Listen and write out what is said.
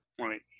Right